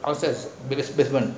outside behind basement